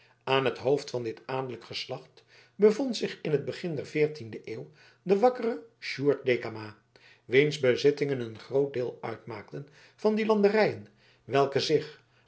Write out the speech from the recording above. aan het hoofd van dit adellijk geslacht bevond zich in het begin der veertiende eeuw de wakkere sjoerd dekama wiens bezittingen een groot deel uitmaakten van die landerijen welke zich